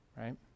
right